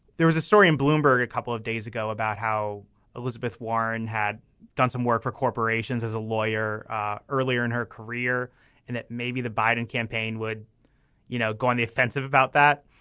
there was a story in bloomberg a couple of days ago about how elizabeth warren had done some work for corporations as a lawyer earlier in her career and that maybe the biden campaign would you know go on the offensive about that.